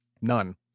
None